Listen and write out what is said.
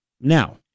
Now